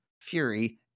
Fury